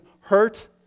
hurt